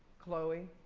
chloe.